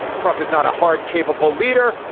trump is not a hard capable leader.